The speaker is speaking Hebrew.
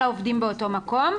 באותו מקום.